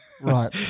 Right